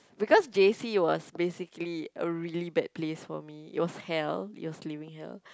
because J_C was basically a really bad place for me it was hell it was living hell